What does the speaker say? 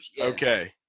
Okay